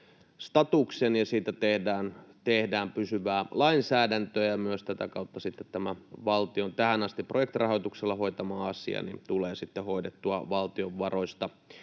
statuksen ja siitä tehdään pysyvää lainsäädäntöä, ja tätä kautta myös tämä valtion tähän asti projektirahoituksella hoitama asia tulee sitten hoidettua valtion varoista